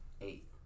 Eight